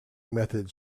methods